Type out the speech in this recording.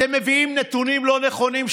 אתם מביאים נתונים לא נכונים.